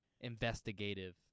investigative